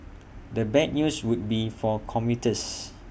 the bad news would be for commuters